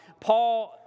Paul